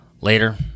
later